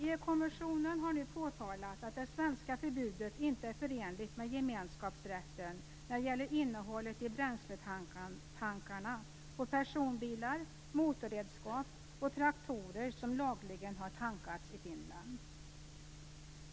EU-kommissionen har nu påtalat att det svenska förbudet inte är förenligt med gemenskapsrätten när det gäller innehållet i bränsletankarna på personbilar, motorredskap och traktorer som lagligen har tankats i Finland.